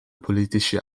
politische